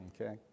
okay